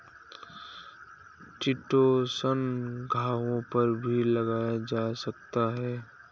chitosan घावों पर भी लगाया जा सकता है